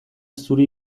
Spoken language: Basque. zuri